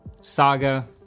Saga